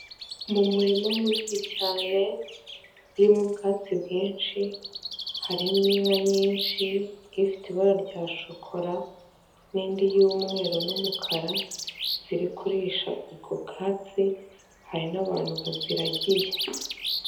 Mu murima munini cyane urimo ubwatsi bwinshi, harimo inka nyinshi ifite ibara rya shokola n'indi y'umweru n'umukara ziri kurisha ubwo bwatsi, hari n'abantu baziragiye.